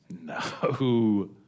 No